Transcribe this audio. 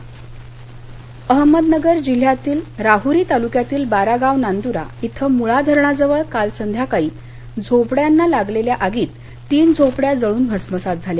दर्घटना अहमदनगर अहमदनगर जिल्ह्यातील राहुरी तालुक्यातील बारागाव नांदूर इथं मुळा धरणाजवळ काल संध्याकाळी झोपड्यांना लागलेल्या आगीत तीन झोपड्या जळून भस्मसात झाल्या